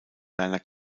werner